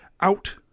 out